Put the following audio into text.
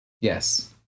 Yes